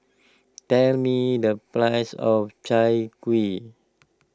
tell me the price of Chai Kuih